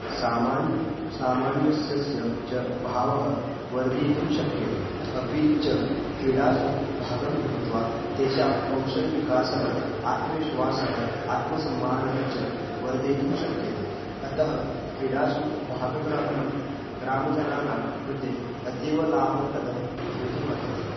सामान् सामञ्जस्यस्य च भावः वर्धयितुं शक्यते अपि च क्रीडासु भागं गृहीत्वा तेषां कौशलविकासः आत्मविश्वासः आत्मसम्मानः च वर्धयितुं शक्यते अतः क्रीडासु भागग्रहणं ग्रामजनानां कृते अतीव लाभप्रदं भवितुम् अर्हति